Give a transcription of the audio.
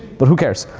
but who cares?